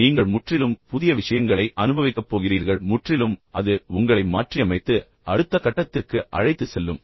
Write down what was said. நீங்கள் முற்றிலும் புதிய விஷயங்களை அனுபவிக்கப் போகிறீர்கள் முற்றிலும் அது உங்களை மாற்றியமைத்து அடுத்த கட்டத்திற்கு அழைத்துச் செல்லும்